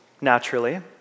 naturally